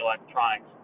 electronics